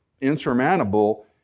insurmountable